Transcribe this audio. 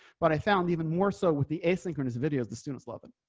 but i found even more so with the asynchronous videos, the students love him.